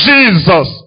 Jesus